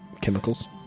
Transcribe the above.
chemicals